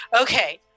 okay